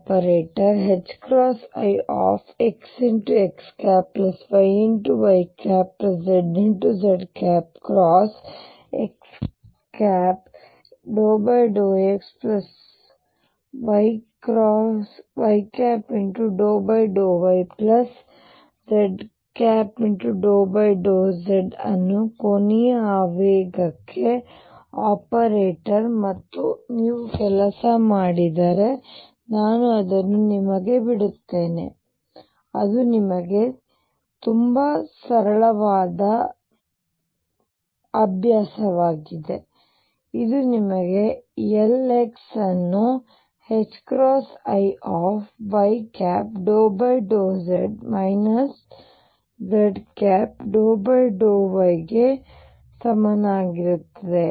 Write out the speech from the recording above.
ಆದ್ದರಿಂದ Loperator ixxyyzz×x∂xy∂yz∂z ಅದು ಕೋನೀಯ ಆವೇಗಕ್ಕೆ ಆಪರೇಟರ್ ಮತ್ತು ನೀವು ಕೆಲಸ ಮಾಡಿದರೆ ನಾನು ಅದನ್ನು ಬಿಡುತ್ತೇನೆ ಅದು ನಿಮಗೆ ತುಂಬಾ ಸರಳವಾದ ವ್ಯಾಯಾಮವಾಗಿದೆ ಇದು ನಿಮಗೆ Lx ಅನ್ನು i y∂z z∂y ಗೆ ಸಮನಾಗಿರುತ್ತದೆ